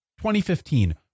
2015